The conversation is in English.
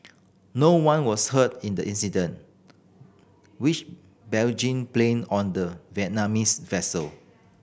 no one was hurt in the incident which Beijing blamed on the Vietnamese vessel